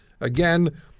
again